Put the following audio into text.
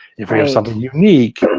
if we have something unique,